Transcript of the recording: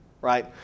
right